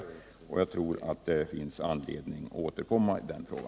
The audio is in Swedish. Jag tror därför att det finns anledning att återkomma i denna fråga.